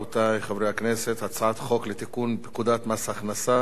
חברי הכנסת: הצעת חוק לתיקון פקודת מס הכנסה (הטבות